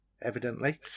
evidently